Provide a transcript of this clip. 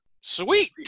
Sweet